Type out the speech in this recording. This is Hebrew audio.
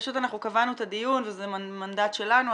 פשוט אנחנו קבענו את הדיון וזה מנדט שלנו,